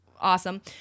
awesome